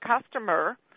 customer